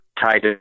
tied